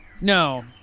No